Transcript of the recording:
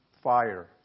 fire